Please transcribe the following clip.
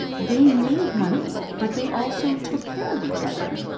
they made money, but they also took care of each other.